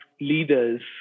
leaders